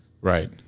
Right